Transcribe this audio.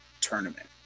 tournament